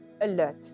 alert